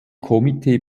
komitee